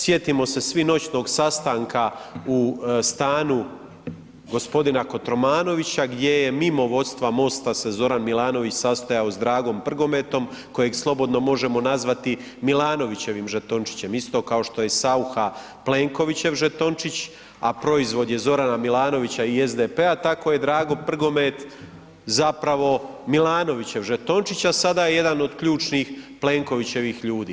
Sjetimo se svi noćnog sastanka u stanu gospodina Kotromanovića gdje je mimo vodstava MOST-a se Zoran Milanović sastajao s Dragom Prgometom kojeg slobodno možemo nazvati Milanovićevim žetončićem, isto kao što je Saucha Plenkovićev žetončić, a proizvod je Zorana Milanovića i SDP-a, tako je Drago Prgomet zapravo Milanović žetončić, a sada je jedan od ključnih Plenkovićevih ljudi.